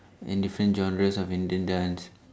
in different genres of Indian dance